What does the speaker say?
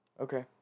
Okay